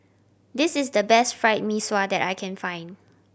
this is the best Fried Mee Sua that I can find